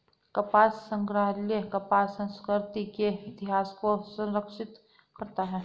कपास संग्रहालय कपास संस्कृति के इतिहास को संरक्षित करता है